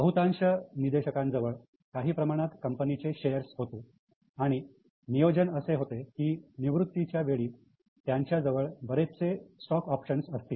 बहुतांश निदेशकांजवळ काही प्रमाणात कंपनीचे शेअर्स होते आणि नियोजन असे होते कि निवृत्तीच्या वेळी त्यांच्याजवळ बरेचसे स्टॉक ऑप्शन्स असतील